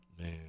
Man